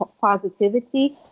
positivity